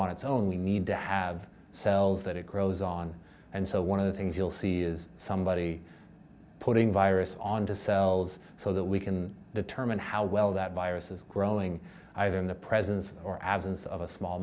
on its own we need to have cells that it grows on and so one of the things you'll see is somebody putting virus on to cells so that we can determine how well that virus is growing either in the presence or absence of a small